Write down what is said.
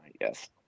Yes